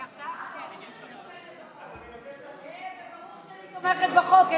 ברור שאני תומכת בחוק.